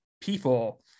people